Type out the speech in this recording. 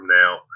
now